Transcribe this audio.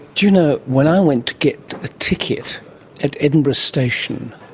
do you know, when i went to get a ticket at edinburgh station,